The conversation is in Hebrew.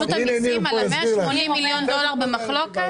רשות המיסים על ה-150 מיליון דולר במחלוקת